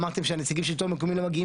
אמרתם שנציגי השלטון המקומי לא מגיעים